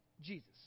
Jesus